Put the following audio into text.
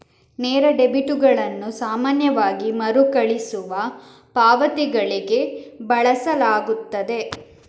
ನೇರ ಡೆಬಿಟುಗಳನ್ನು ಸಾಮಾನ್ಯವಾಗಿ ಮರುಕಳಿಸುವ ಪಾವತಿಗಳಿಗೆ ಬಳಸಲಾಗುತ್ತದೆ